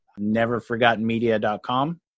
neverforgottenmedia.com